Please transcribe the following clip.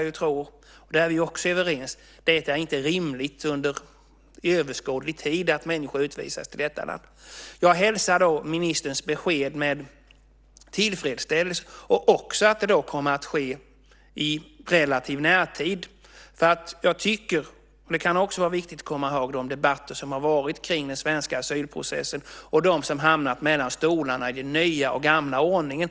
Jag tror att vi är överens där också. Det är inte rimligt under överskådlig tid att människor utvisas till detta land. Jag hälsar ministerns besked med tillfredsställelse, och likaså beskedet att detta kommer att ske i relativ närtid. Det kan också vara viktigt att komma ihåg de debatter som har varit kring den svenska asylprocessen och dem som hamnat mellan stolarna i den gamla och den nya ordningen.